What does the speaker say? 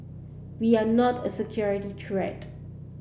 we are not a security threat